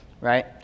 right